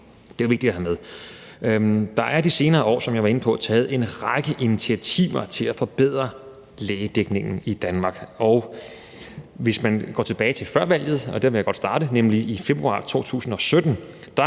Det er vigtigt at have med. Der er i de senere år, som jeg været inde på, taget en række initiativer til at forbedre lægedækningen i Danmark, og hvis man går tilbage til før valget – og der vil jeg godt starte, nemlig i februar 2017